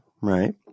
right